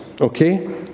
okay